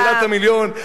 שאלת המיליון,